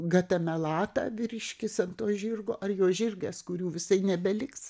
gatamelata vyriškis ant to žirgo ar jo žirgas kurių visai nebeliks